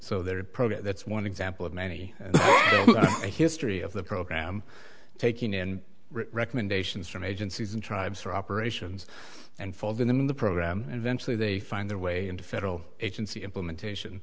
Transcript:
program that's one example of many history of the program taking in recommendations from agencies and tribes for operations and folding them in the program and eventually they find their way into federal agency implementation